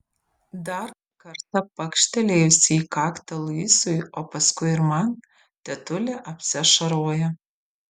dar kartą pakštelėjusi į kaktą luisui o paskui ir man tetulė apsiašaroja